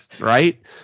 Right